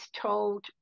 told